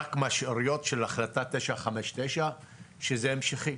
רק מהשאריות של החלטה 959, שזה בהמשכים.